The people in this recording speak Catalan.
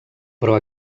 però